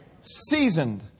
Seasoned